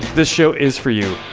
this show is for you.